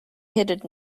headed